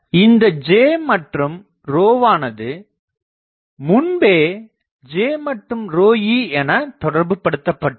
இந்த J மற்றும் ρ வானது முன்பே J மற்றும் ρe எனத்தொடர்பு படுத்தப்பட்டுள்ளது